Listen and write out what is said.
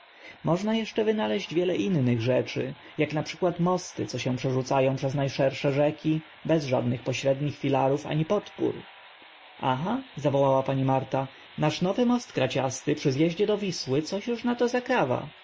eszcze wynaleźć wiele innych rzeczy ak na przykład mosty co się przerzuca ą przez na szersze rzeki bez żadnych pośrednich filarów ani podpór aha zawołała pani marta nasz nowy most kraciasty przy z eździe do wisły coś uż na to zakrawa